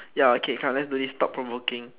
ya okay come let's do this thought provoking